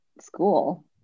school